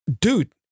dude